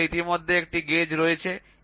তোমাদের ইতিমধ্যে একটি গেজ রয়েছে